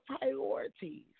priorities